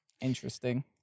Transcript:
Interesting